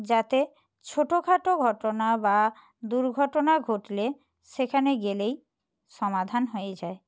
যাতে ছোটোখাটো ঘটনা বা দুর্ঘটনা ঘটলে সেখানে গেলেই সমাধান হয়ে যায়